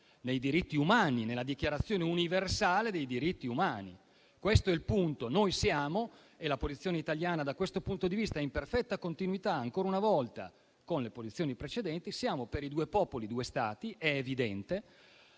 nei diritti umani e nella dichiarazione universale dei diritti umani. Questo è il punto: noi siamo - e la posizione italiana da questo punto di vista è in perfetta continuità, ancora una volta, con le posizioni precedenti - per i "due popoli, due Stati".